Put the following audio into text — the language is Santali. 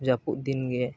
ᱡᱟᱹᱯᱩᱫ ᱫᱤᱱᱜᱮ